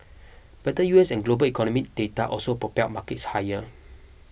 better U S and global economic data also propelled markets higher